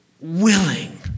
willing